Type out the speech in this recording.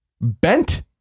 bent